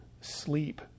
sleep